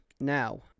Now